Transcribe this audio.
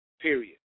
Period